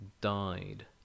died